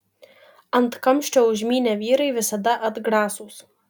ant kamščio užmynę vyrai visada atgrasūs